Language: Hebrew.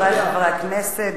חברי חברי הכנסת,